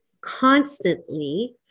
constantly